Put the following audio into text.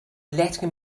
letting